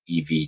EV